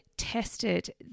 Tested